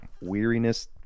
weariness